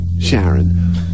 Sharon